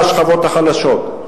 עם השכבות החלשות.